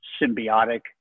symbiotic